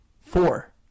Four